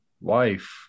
wife